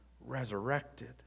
resurrected